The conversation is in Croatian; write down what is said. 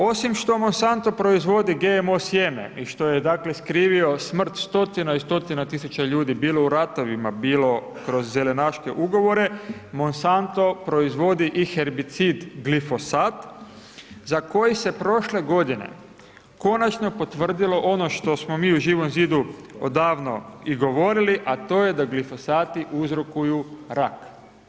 Osim što Monsatno proizvodi GMO sjeme i što je dakle, skrivio smrt stotina i stotina tisuća ljudi, bilo u ratovima, bilo kroz zelenaške ugovore, Monsanto proizvodi i herbicid glifosat, za koji se prošle godine, konačno potvrdilo ono što smo mi u Živom zidu odavno i govorili a to je da glifosati uzrokuju rak.